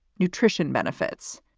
nutrition benefits.